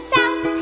South